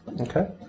okay